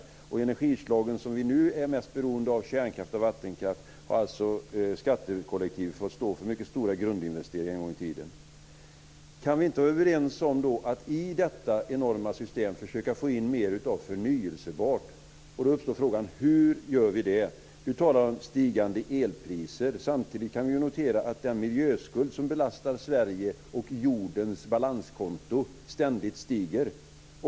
För de energislag som vi nu är mest beroende av, dvs. kärnkraft och vattenkraft, har skattekollektivet fått stå för mycket stora grundinvesteringar en gång i tiden. Kan vi inte vara överens om att i detta enorma system försöka få in mer förnybart? Då uppstår frågan hur vi gör det. Eva Flyborg talar om stigande elpriser. Samtidigt kan vi notera att den miljöskuld som belastar Sveriges och jordens balanskonto ständigt stiger.